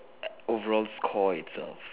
overall score it's of